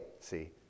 See